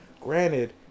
granted